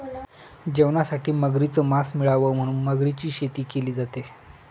जेवणासाठी मगरीच मास मिळाव म्हणून मगरीची शेती केली जाते